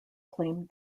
claimed